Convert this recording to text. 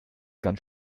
ganz